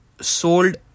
sold